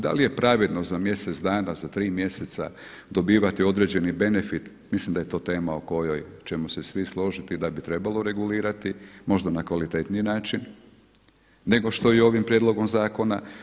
Da li je pravedno za mjesec dana, za 3 mjeseca dobivati određeni benefit, mislim da je to tema o kojoj ćemo se svi složiti da bi trebalo regulirati možda na kvalitetniji način nego što je i ovim prijedlogom zakona.